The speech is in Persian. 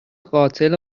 قاتل